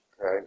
okay